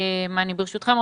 ברשותכם,